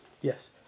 Yes